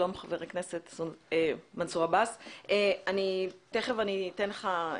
שלום, חבר הכנסת מנסור עבאס, תכף אני אתן לך לדבר,